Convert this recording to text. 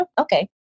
Okay